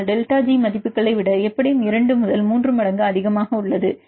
ஆனால் delta G மதிப்புகளை விட எப்படியும் 2 முதல் 3 மடங்கு அதிகமாக உள்ளது